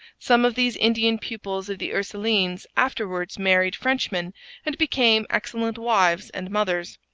some of these indian pupils of the ursulines afterwards married frenchmen and became excellent wives and mothers.